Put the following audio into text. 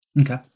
Okay